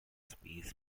space